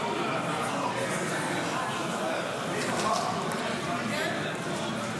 לוועדת החוקה, חוק ומשפט